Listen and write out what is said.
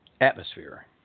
atmosphere